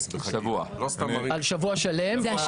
על שבוע שלם.